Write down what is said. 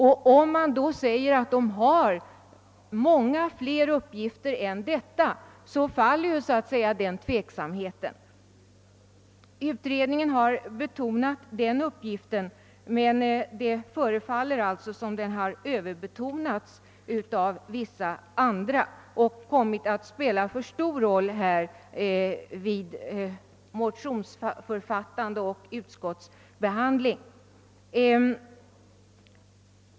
Om man då säger att de har många fler uppgifter än denna faller så att säga den tveksamheten. Utredningen har betonat den uppgiften, men det förefaller sålunda som om den har överbetonats av vissa andra och kommit att spela en alltför stor roll för motionärer och reservanter.